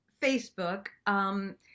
Facebook